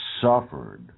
suffered